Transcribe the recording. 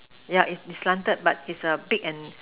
yeah is is slanted but is a big and